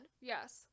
Yes